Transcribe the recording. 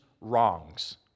wrongs